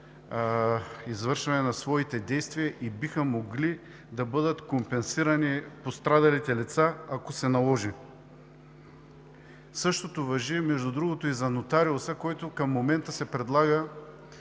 извършване на своите действия и биха могли да бъдат компенсирани пострадалите лица, ако се наложи. Между другото, същото важи и за нотариуса, който към момента се предлага